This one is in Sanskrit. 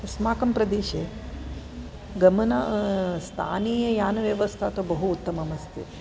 अस्माकं प्रदेशे गमन स्थानीययानव्यवस्था तु बहु उत्तमम् अस्ति